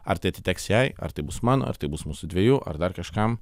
ar tai atiteks jai ar tai bus mano ar tai bus mūsų dviejų ar dar kažkam